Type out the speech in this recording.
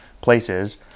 places